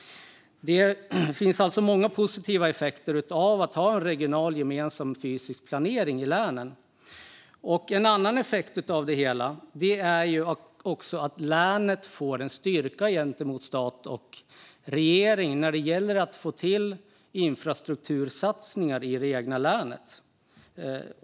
Det finns alltså många positiva effekter av att ha regional gemensam fysisk planering i länen. En annan effekt av det hela är att länet får en styrka gentemot stat och regering när det gäller att få till infrastruktursatsningar i det egna länet.